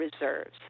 reserves